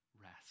rest